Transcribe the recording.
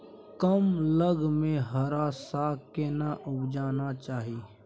कम लग में हरा साग केना उपजाना चाही?